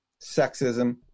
sexism